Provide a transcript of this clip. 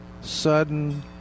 sudden